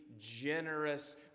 generous